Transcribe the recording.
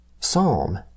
Psalm